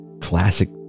classic